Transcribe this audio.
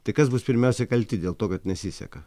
tai kas bus pirmiausia kalti dėl to kad nesiseka